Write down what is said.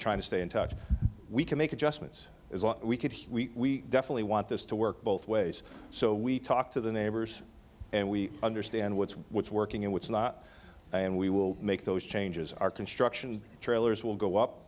trying to stay in touch we can make adjustments as we could we definitely want this to work both ways so we talk to the neighbors and we understand what's what's working and what's not and we will make those changes our construction trailers will go